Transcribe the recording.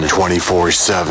24-7